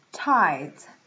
Tides